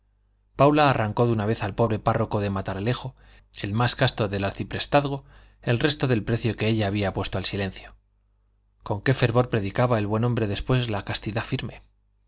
paula arrancó de una vez al pobre párroco de matalerejo el más casto del arciprestazgo el resto del precio que ella había puesto al silencio con qué fervor predicaba el buen hombre después la castidad firme